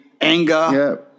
anger